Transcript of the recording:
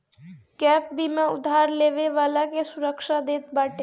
gap बीमा उधार लेवे वाला के सुरक्षा देत बाटे